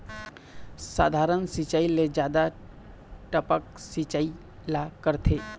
साधारण सिचायी ले जादा टपक सिचायी ला करथे